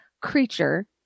creature